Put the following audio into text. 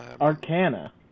Arcana